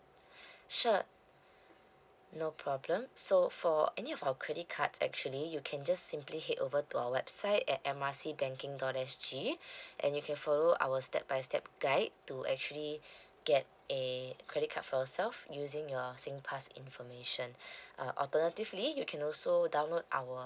sure no problem so for any of our credit cards actually you can just simply head over to our website at M R C banking dot S G and you can follow our step by step guide to actually get a credit card for yourself using your Singpass information uh alternatively you can also download our